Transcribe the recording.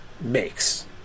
makes